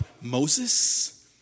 Moses